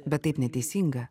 bet taip neteisinga